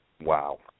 Wow